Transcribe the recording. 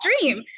dream